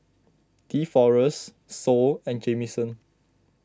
Deforest Sol and Jamison